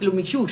כלומר מישוש.